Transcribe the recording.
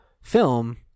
film